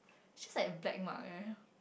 just like a black mark eh